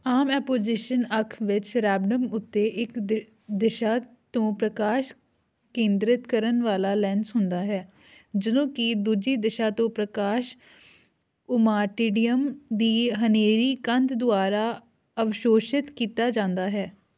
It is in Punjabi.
ਆਮ ਐਪੋਜ਼ਿਸ਼ਨ ਅੱਖ ਵਿੱਚ ਰੈਬਡਮ ਉੱਤੇ ਇੱਕ ਦਿ ਦਿਸ਼ਾ ਤੋਂ ਪ੍ਰਕਾਸ਼ ਕੇਂਦਰਿਤ ਕਰਨ ਵਾਲਾ ਲੈਂਸ ਹੁੰਦਾ ਹੈ ਜਦੋਂ ਕਿ ਦੂਜੀ ਦਿਸ਼ਾ ਤੋਂ ਪ੍ਰਕਾਸ਼ ਓਮਾਟੀਡੀਅਮ ਦੀ ਹਨੇਰੀ ਕੰਧ ਦੁਆਰਾ ਅਵਸ਼ੋਸ਼ਿਤ ਕੀਤਾ ਜਾਂਦਾ ਹੈ